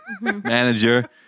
manager